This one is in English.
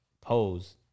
pose